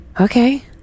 Okay